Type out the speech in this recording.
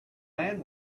man